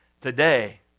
today